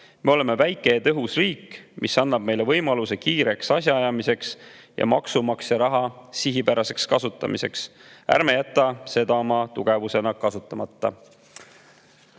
Me oleme väike ja tõhus riik, mis annab meile võimaluse kiireks asjaajamiseks ja maksumaksja raha sihipäraseks kasutamiseks. Ärme jätame sedasama oma tugevusena kasutamata.